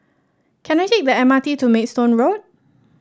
can I take the M R T to Maidstone Road